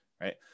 right